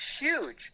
huge